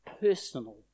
personal